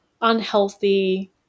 unhealthy